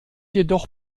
jedoch